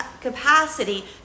capacity